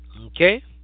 Okay